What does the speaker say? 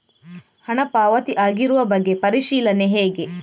ಹಣ ಪಾವತಿ ಆಗಿರುವ ಬಗ್ಗೆ ಪರಿಶೀಲನೆ ಹೇಗೆ?